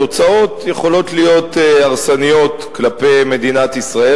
התוצאות יכולות להיות הרסניות כלפי מדינת ישראל,